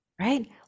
right